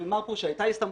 שנאמר פה שהייתה הסתמכות,